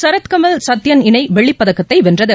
சரத்கமல் சத்தியன் இணைவெள்ளிப் பதக்கத்தைவென்றது